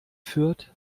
fürth